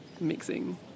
mixing